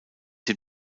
dem